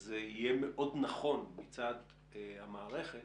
זה יהיה מאוד נכון מצד המערכת